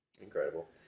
Incredible